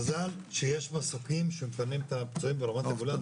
מזל שיש פה מסוקים שמפנים את הפצועים לרמת הגולן,